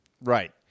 Right